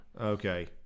Okay